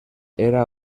era